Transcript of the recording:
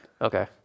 Okay